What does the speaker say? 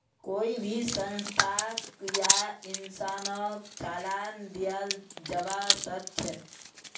कोई भी संस्थाक या इंसानक चालान दियाल जबा सख छ